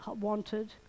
wanted